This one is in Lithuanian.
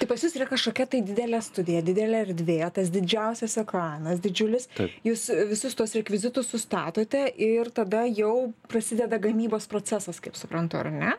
tai pas jus yra kažkokia tai didelė studija didelė erdvė tas didžiausias ekranas didžiulis jūs visus tuos rekvizitus sustatote ir tada jau prasideda gamybos procesas kaip suprantu ar ne